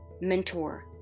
mentor